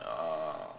uh